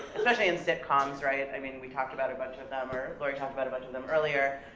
especially in sitcoms, right? i mean, we talked about a bunch of them, or lori talked about a bunch of them earlier.